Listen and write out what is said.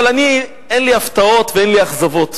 אבל אני, אין לי הפתעות ואין לי אכזבות.